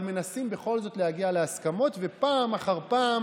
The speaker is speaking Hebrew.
אבל מנסים בכל זאת להגיע להסכמות, ופעם אחר פעם